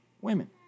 women